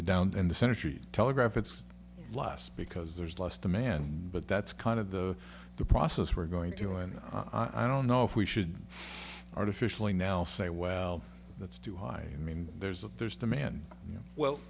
the down and the century telegraph it's last because there's less demand but that's kind of the the process we're going to and i don't know if we should artificially now say well that's too high i mean there's a there's demand you know well